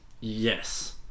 yes